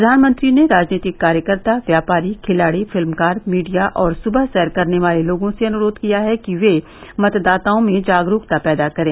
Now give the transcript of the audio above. प्रधानमंत्री ने राजनीतिक कार्यकर्ता व्यापारी खिलाड़ी फिल्मकार मीडिया और सुबह सैर करने वाले लोगो से अनुरोध किया है कि वे मतदाताओं में जागरूकता पैदा करें